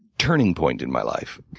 turning point in my life.